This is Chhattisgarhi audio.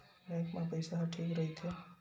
बैंक मा पईसा ह ठीक राइथे?